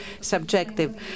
subjective